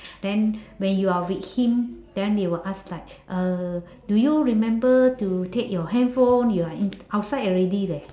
then when you're with him then they will ask like uh do you remember to take your handphone you're in~ outside already leh